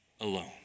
alone